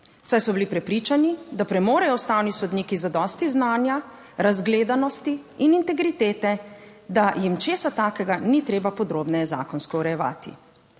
saj so bili prepričani, da premorejo ustavni sodniki zadosti znanja, razgledanosti in integritete, da jim česa takega ni treba podrobneje zakonsko urejevati.